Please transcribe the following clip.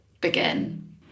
begin